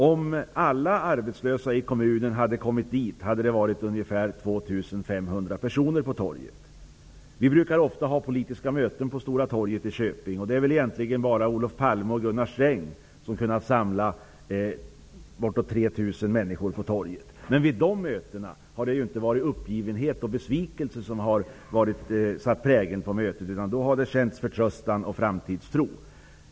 Om alla arbetslösa i kommunen hade kommit dit hade det varit ungefär 2 500 personer på torget. Vi brukar ofta ha politiska möten på Stora torget i Köping, och det är väl egentligen bara Olof Palme och Gunnar Sträng som har kunnat samla bortåt 3 000 människor på torget. Men de mötena präglades inte av uppgivenhet och besvikelse, utan av förtröstan och framtidstro.